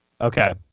Okay